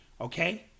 Okay